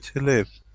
he live?